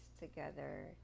together